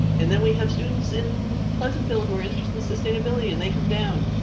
and then we have students in pleasantville who are interested in sustainability and they come down.